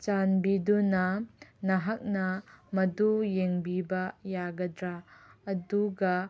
ꯆꯥꯟꯕꯤꯗꯨꯅ ꯅꯍꯥꯛꯅ ꯃꯗꯨ ꯌꯦꯡꯕꯤꯕ ꯌꯥꯒꯗ꯭ꯔꯥ ꯑꯗꯨꯒ